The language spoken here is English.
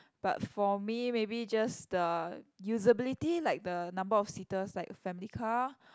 but for me maybe just the usability like the number of seaters like family car